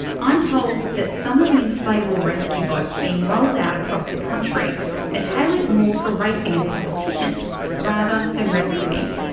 i'm told that some of the inflatable rescue boats being rolled out across the country are ah tailored more for racing and competitions, rather than rescuing.